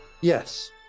Yes